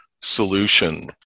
solution